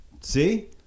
see